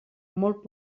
molt